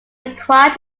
required